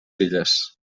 filles